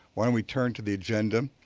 why don't we turn to the agenda.